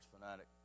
fanatic